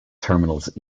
terminals